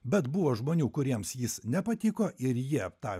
bet buvo žmonių kuriems jis nepatiko ir jie tą